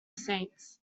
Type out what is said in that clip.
saints